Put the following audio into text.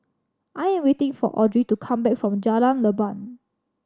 I am waiting for Audrey to come back from Jalan Leban